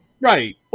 Right